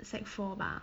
sec four 吧